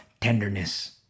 tenderness